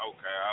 Okay